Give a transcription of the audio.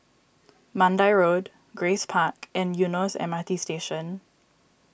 Mandai Road Grace Park and Eunos M R T Station